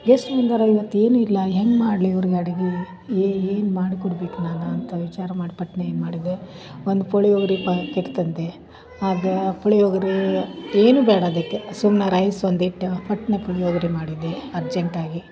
guest ಬಂದಾರ ಇವತ್ತು ಏನು ಇಲ್ಲ ಹೆಂಗೆ ಮಾಡ್ಲಿ ಇವ್ರ್ಗೆ ಅಡಿಗೆ ಏನು ಮಾಡ್ಕೊಡಬೇಕು ನಾನು ಅಂತ ವಿಚಾರ ಮಾಡ್ಪಟ್ನೆ ಮಾಡಿದೆ ಒಂದು ಪುಳಿಯೋಗರೆ ಪ್ಯಾಕೆಟ್ ತಂದೆ ಅದು ಪುಳಿಯೋಗರೆ ಏನು ಬೇಡ ಅದಕ್ಕೆ ಸುಮ್ಮನೆ ರೈಸ್ ಒಂದಿಷ್ಟು ಪುಟ್ನೆ ಪುಳಿಯೋಗರೆ ಮಾಡಿದೆ ಅರ್ಜೆಂಟಾಗಿ